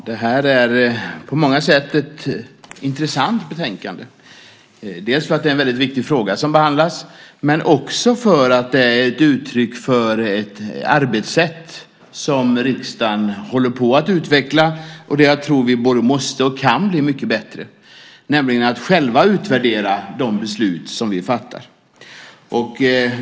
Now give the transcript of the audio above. Herr talman! Detta är på många sätt ett intressant betänkande. Det är en väldigt viktig fråga som behandlas, men det är också ett uttryck för ett arbetssätt som riksdagen håller på att utveckla och där jag tror att vi både måste och kan bli mycket bättre, nämligen att själva utvärdera de beslut som vi fattar.